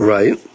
Right